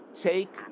take